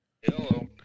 Hello